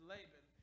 Laban